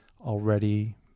already